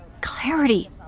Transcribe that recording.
Clarity